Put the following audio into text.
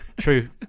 True